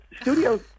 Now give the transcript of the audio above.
studios